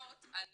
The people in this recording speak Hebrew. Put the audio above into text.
שמבוססות על